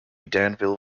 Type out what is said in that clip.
danville